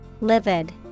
livid